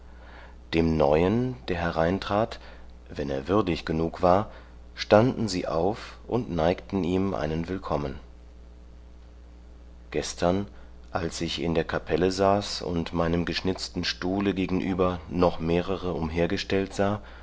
dem neuen der hereintrat wenn er würdig genug war standen sie auf und neigten ihm einen willkommen gestern als ich in der kapelle saß und meinem geschnitzten stuhle gegenüber noch mehrere umhergestellt sah